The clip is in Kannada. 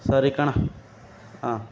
ಸರಿ ಕಣ ಹಾಂ